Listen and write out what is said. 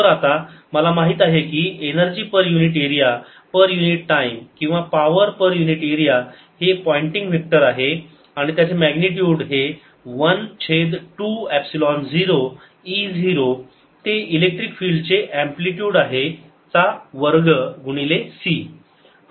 तर आता मला माहित आहे की एनर्जी पर युनिट एरिया पर युनिट टाईम किंवा पावर पर युनिट एरिया हे पॉइंटिंग वेक्टर आहे आणि त्याचे मॅग्निट्युड हे 1 छेद 2 एपसिलोन 0 E 0 ते इलेक्ट्रिक फिल्ड चे अँप्लिटयूड आहे चा वर्ग गुणिले c